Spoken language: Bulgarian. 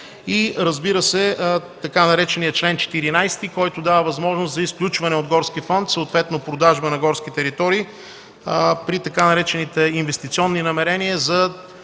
и, разбира се, така нареченият чл. 14, който дава възможност за изключване от горски фонд, съответно продажба на горски територии при така наречените „инвестиционни намерения” за